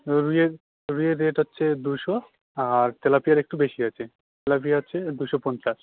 রুইয়ের রুইয়ের রেট হচ্ছে দুশো আর তেলাপিয়ার একটু বেশি আছে তেলাপিয়া হচ্ছে দুশো পঞ্চাশ